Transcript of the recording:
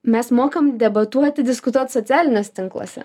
mes mokam debatuoti diskutuot socialiniuos tinkluose